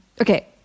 Okay